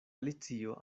alicio